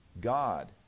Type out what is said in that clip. God